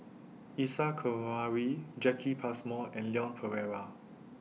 Isa Kamari Jacki Passmore and Leon Perera